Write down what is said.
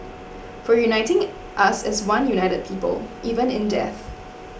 for uniting us as one united people even in death